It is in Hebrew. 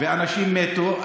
ואנשים מתו,